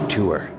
Tour